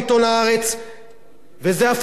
ואפילו לא מדובר רק בישראל.